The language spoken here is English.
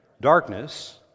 darkness